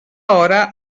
hora